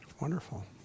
Wonderful